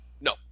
No